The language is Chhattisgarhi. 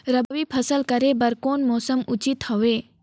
रबी फसल करे बर कोन मौसम उचित हवे?